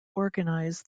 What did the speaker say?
organize